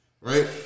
Right